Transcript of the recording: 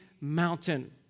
mountain